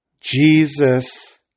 Jesus